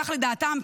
כך לדעתם,